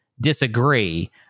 disagree